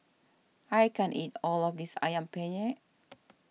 I can't eat all of this Ayam Penyet